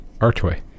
archway